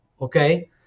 okay